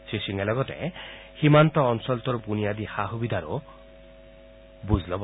শ্ৰীসিঙে লগতে সীমান্ত অঞ্চলটোৰ বুনিয়াদী সা সূবিধাৰো বুজ লব